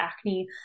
acne